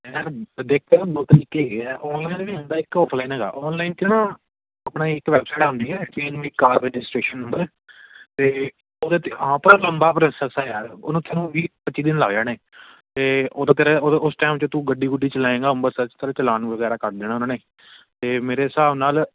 ਯਾਰ ਦੇਖ ਦੋ ਤਰੀਕੇ ਹੈਗੇ ਆ ਔਨਲਾਈਨ ਵੀ ਹੁੰਦਾ ਇੱਕ ਔਫ਼ਲਾਈਨ ਹੈਗਾ ਔਨਲਾਈਨ 'ਚ ਨਾ ਆਪਣਾ ਇੱਕ ਵੈੱਬਸਾਈਟ ਆਉਂਦੀ ਆ change my car registration number ਅਤੇ ਉਹਦੇ 'ਤੇ ਲੰਬਾ ਪ੍ਰੋਸੈੱਸ ਆ ਯਾਰ ਉਹਨੂੰ ਤੁਹਾਨੂੰ ਵੀਹ ਪੱਚੀ ਦਿਨ ਲੱਗ ਜਾਣੇ ਅਤੇ ਉਦੋਂ ਫਿਰ ਉਦੋਂ ਉਸ ਟਾਈਮ 'ਚ ਤੂੰ ਗੱਡੀ ਗੁੱਡੀ ਚਲਾਏਂਗਾ ਅੰਮ੍ਰਿਤਸਰ 'ਚ ਤੇਰਾ ਚਲਾਨ ਵਗੈਰਾ ਕਰ ਦੇਣਾ ਉਹਨਾਂ ਨੇ ਅਤੇ ਮੇਰੇ ਹਿਸਾਬ ਨਾਲ਼